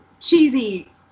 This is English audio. cheesy